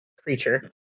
creature